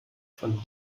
von